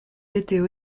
étaient